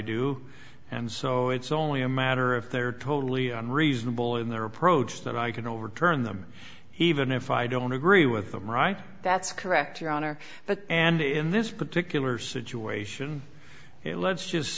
do and so it's only a matter if they're totally unreasonable in their approach that i can overturn them even if i don't agree with them right that's correct your honor but and in this particular situation let's just